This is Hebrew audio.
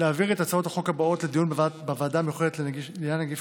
להעביר את הצעות החוק הבאות לדיון בוועדה המיוחדת לעניין נגיף